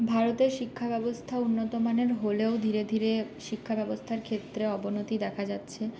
ভারতের শিক্ষা ব্যবস্থা উন্নত মানের হলেও ধীরে ধীরে শিক্ষা ব্যবস্থার ক্ষেত্রে অবনতি দেখা যাচ্ছে